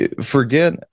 Forget